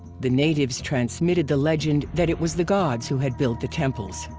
the natives transmitted the legend that it was the gods who had built the temples.